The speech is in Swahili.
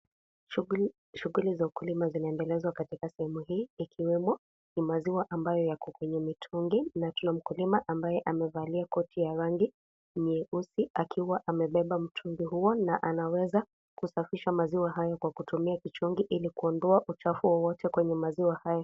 Shughuli za ukulima zinaendelezwa katika sehemu hii ikiwemo maziwa ambayo yako kwenye mitungi, na tuna mkulima ambaye amevalia koti ya rangi nyeusi akiwa amebeba mtungi huo na anaweza kusafisha maziwa hayo kwa kutumia kichungi ili kuondoa uchafu wowote kwenye maziwa haya.